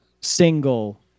single